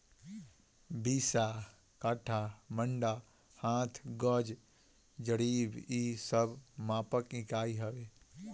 बिस्सा, कट्ठा, मंडा, हाथ, गज, जरीब इ सब मापक इकाई हवे